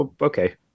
Okay